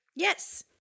Yes